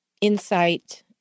Insight